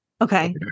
Okay